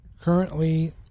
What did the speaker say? currently